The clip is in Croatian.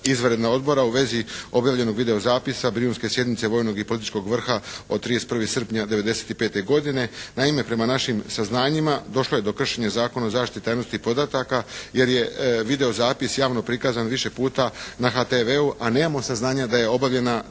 izvanredna odbora u vezi objavljenog video zapisa Brijunske sjednice vojnog i političkog vrha od 31. srpnja '95. godine. Naime, prema našim saznanjima došlo je do kršenja Zakona o zaštiti tajnosti podataka jer je video zapis javno prikazan više puta na HTV-u, a nemamo saznanja da je obavljena